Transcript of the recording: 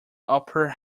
upper